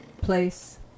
place